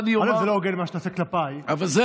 זה לא הוגן מה שאתה עושה כלפיי, אבל הכול בסדר.